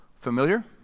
familiar